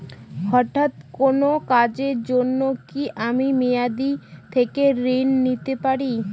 হঠাৎ কোন কাজের জন্য কি আমি মেয়াদী থেকে ঋণ নিতে পারি?